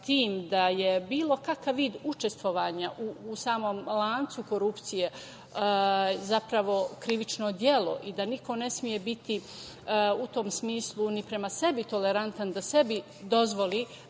da je bilo kakav vid učestvovanja u samom lancu korupcije, zapravo krivično delo i da ne sme biti u tom smislu ni prema sebi tolerantan, da sebi dozvoli